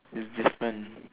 resistance